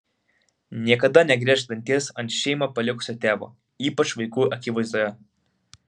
niekada negriežk danties ant šeimą palikusio tėvo ypač vaikų akivaizdoje